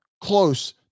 close